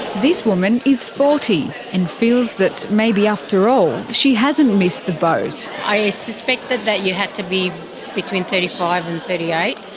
this woman is forty, and feels that maybe after all she hasn't missed the boat. i suspected that you had to be between thirty five and thirty eight.